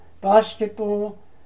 basketball